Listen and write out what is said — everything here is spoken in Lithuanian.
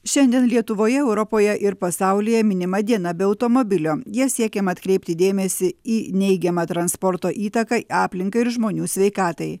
šiandien lietuvoje europoje ir pasaulyje minima diena be automobilio ja siekiama atkreipti dėmesį į neigiamą transporto įtaką aplinkai ir žmonių sveikatai